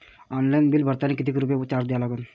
Online bill भरतानी कितीक रुपये चार्ज द्या लागन?